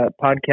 podcast